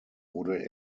wurde